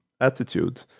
attitude